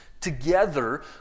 together